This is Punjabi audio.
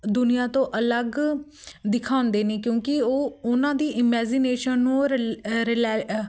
ਦੁਨੀਆਂ ਤੋਂ ਅਲੱਗ ਦਿਖਾਉਂਦੇ ਨੇ ਕਿਉਂਕਿ ਉਹ ਉਹਨਾਂ ਦੀ ਇਮੈਜ਼ੀਨੇਸ਼ਨ ਨੂੰ ਰਿਲੇ ਰਿਲੈ